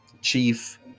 chief